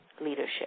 leadership